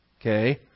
Okay